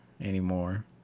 anymore